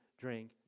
drink